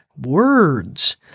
words